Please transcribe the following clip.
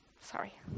sorry